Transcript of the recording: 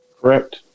Correct